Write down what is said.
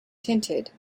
tinted